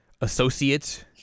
Associate